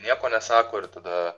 nieko nesako ir tada